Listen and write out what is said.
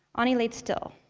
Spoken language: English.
anie laid still.